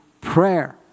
prayer